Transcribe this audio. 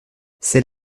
c’est